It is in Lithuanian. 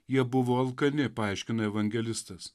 jie buvo alkani paaiškino evangelistas